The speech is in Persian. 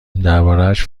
دربارهاش